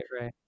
right